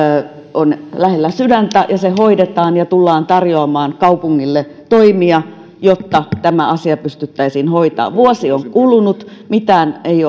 on lähellä sydäntä ja se hoidetaan ja tullaan tarjoamaan kaupungille toimia jotta tämä asia pystyttäisiin hoitamaan vuosi on kulunut mitään ei